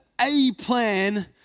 A-plan